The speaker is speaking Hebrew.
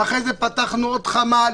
ואחרי זה פתחנו עוד חמ"ל